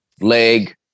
leg